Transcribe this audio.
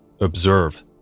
observe